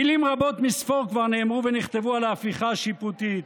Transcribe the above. מילים רבות מספור כבר נאמרו ונכתבו על ההפיכה השיפוטית,